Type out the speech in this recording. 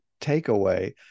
takeaway